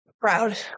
Proud